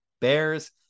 Bears